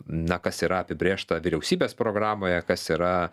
na kas yra apibrėžta vyriausybės programoje kas yra